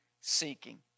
seeking